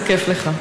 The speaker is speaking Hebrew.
איזה כיף לך.